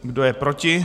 Kdo je proti?